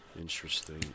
interesting